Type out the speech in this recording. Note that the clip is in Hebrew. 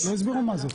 לא הסבירו מה זה.